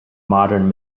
modern